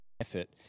effort